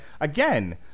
again